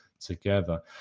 together